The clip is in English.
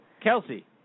Kelsey